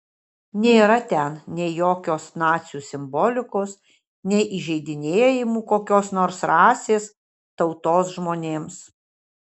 nėra ten nei jokios nacių simbolikos nei įžeidinėjimų kokios nors rasės tautos žmonėms